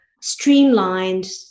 streamlined